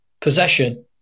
possession